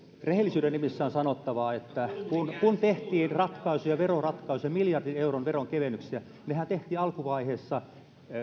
rehellisyyden nimissä on sanottava että kun kun tehtiin veroratkaisuja miljardin euron veronkevennyksiä nehän tehtiin alkuvaiheessa